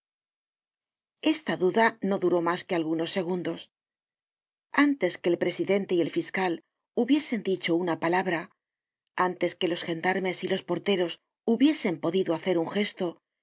esta duda no duró mas que algunos segundos antes que el presidente y el fiscal hubiesen dicho una palabra antes que los gendarmes y los porteros hubiesen podido hacer un gesto